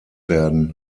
werden